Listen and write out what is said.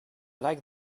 like